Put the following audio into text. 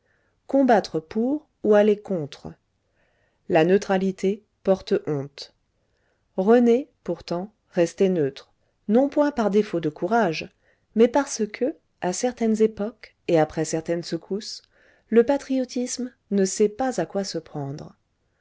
combattre pour ou aller contre la neutralité porte honte rené pourtant restait neutre non point par défaut de courage mais parce que à certaines époques et après certaines secousses le patriotisme ne sait pas à quoi se prendre